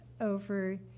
over